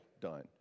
done